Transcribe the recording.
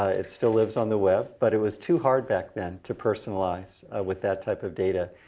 ah it still lives on the web, but it was too hard back then to personalize with that type of data.